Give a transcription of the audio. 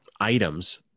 items